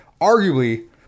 arguably